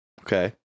Okay